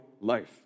life